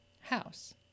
house